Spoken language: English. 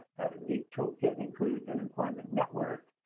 the toolkit includes an employment network,